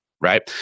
right